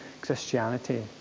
Christianity